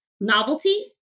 novelty